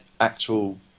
actual